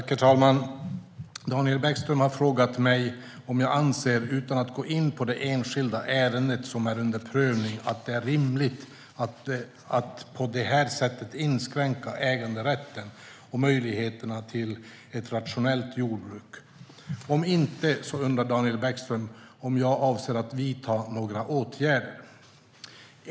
Herr talman! Daniel Bäckström har frågat mig om jag anser, utan att gå in på det enskilda ärende som är under prövning, att det är rimligt att på det här sättet inskränka äganderätten och möjligheterna till ett rationellt jordbruk. Om inte undrar Daniel Bäckström om jag avser att vidta några åtgärder.